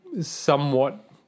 somewhat